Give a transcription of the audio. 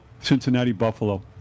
Cincinnati-Buffalo